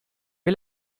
est